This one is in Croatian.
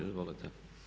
Izvolite.